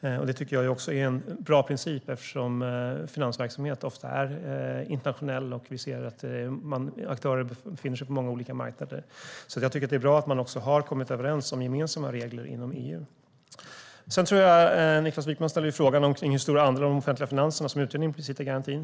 Det tycker jag också är en bra princip, eftersom finansverksamhet ofta är internationell och aktörer befinner sig på många olika marknader. Det är alltså bra att man har kommit överens om gemensamma regler inom EU. Niklas Wykman ställer frågan hur stor andel av de offentliga finanserna som utgör den implicita garantin.